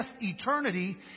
eternity